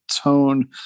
tone